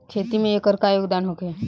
खेती में एकर का योगदान होखे?